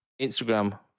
Instagram